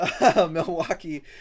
Milwaukee